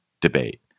debate